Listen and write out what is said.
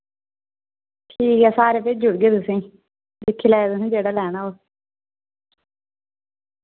ठीक ऐ सारे भेजी ओड़गी तुसें दिक्खी लैएओ तुसें जेह्ड़ा लैना होग